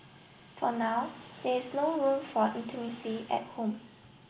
for now there is no room for intimacy at home